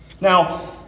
Now